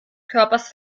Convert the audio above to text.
körpers